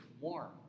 warm